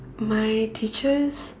my teachers